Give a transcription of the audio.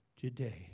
today